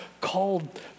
called